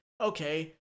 okay